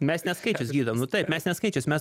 mes ne skaičius gydom nu taip mes ne skaičius mes